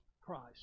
christ